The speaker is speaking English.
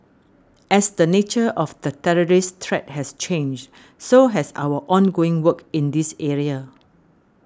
as the nature of the terrorist threat has changed so has our ongoing work in this area